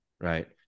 right